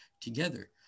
together